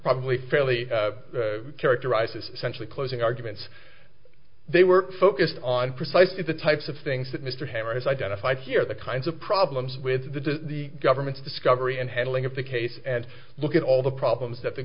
probably fairly characterized as essentially closing arguments they were focused on precisely the types of things that mr hemmer has identified here the kinds of problems with the government's discovery and handling of the case and look at all the problems that the